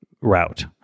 route